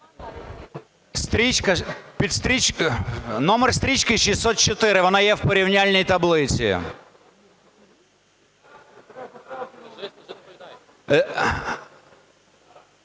Номер стрічки 604. Вона є в порівняльній таблиці.